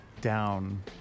down